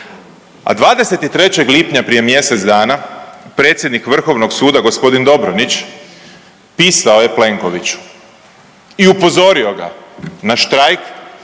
a 23. lipnja prije mjesec dana predsjednik Vrhovnog suda gospodin Dobronić pisao je Plenkoviću i upozorio ga na štrajk,